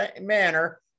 manner